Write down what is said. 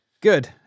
Good